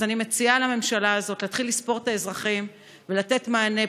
אז אני מציעה לממשלה הזאת להתחיל לספור את האזרחים ולתת מענה,